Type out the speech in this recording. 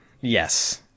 Yes